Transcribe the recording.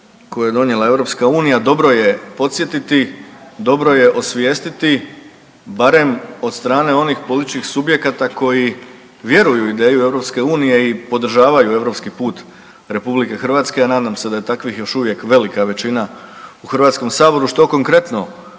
koje je donijela EU dobro je podsjetiti, dobro je osvijestiti barem od strane onih političkih subjekata koji vjeruju u ideju EU i podržavaju europski put RH, a nadam se da je takvih još uvijek velika većina u Hrvatskom saboru. Što konkretno